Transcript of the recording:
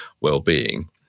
well-being